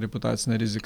reputacinę riziką